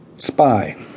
Spy